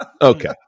Okay